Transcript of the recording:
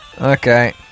Okay